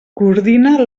coordina